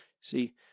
see